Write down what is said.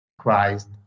Christ